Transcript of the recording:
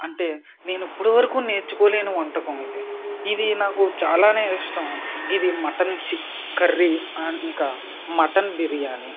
అంటే నేను ఇప్పటి వరకు నేర్చుకోలేను వంటకం ఇది ఇది నాకు చాలానే ఇష్టం ఇది మటన్ కర్రీ ఇంకా మటన్ బిర్యానీ